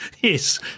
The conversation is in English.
yes